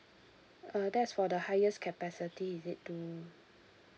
uh that's for the highest capacity is it to